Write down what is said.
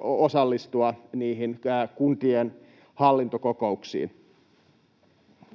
osallistua niihin kuntien hallintokokouksiin.